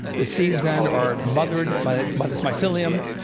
the seeds then are mothered by by this mycelium.